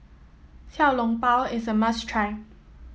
Xiao Long Bao is a must try